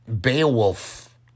Beowulf